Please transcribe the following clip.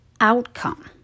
outcome